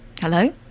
Hello